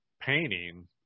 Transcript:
painting